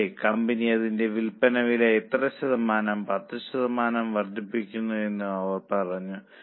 അതെ കമ്പനി അതിന്റെ വിൽപ്പന വില എത്ര ശതമാനം 10 ശതമാനം വർദ്ധിപ്പിക്കുമെന്ന് അവർ പറഞ്ഞു